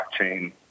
blockchain